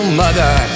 mother